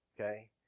Okay